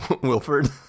Wilford